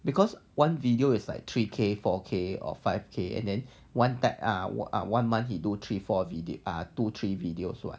because one video is like three K four K or five K and then one type ah one month he do three four err two three videos [what]